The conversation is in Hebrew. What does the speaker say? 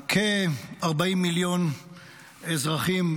כ-40 מיליון אזרחים,